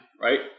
Right